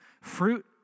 Fruit